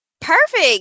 Perfect